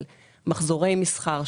של מחזורי מסחר,